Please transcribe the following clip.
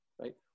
right